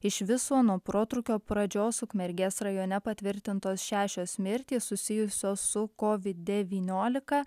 iš viso nuo protrūkio pradžios ukmergės rajone patvirtintos šešios mirtys susijusios su covid devyniolika